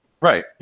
Right